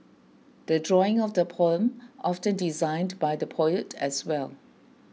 the drawing of the poem often designed by the poet as well